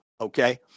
Okay